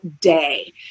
day